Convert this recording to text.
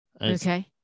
okay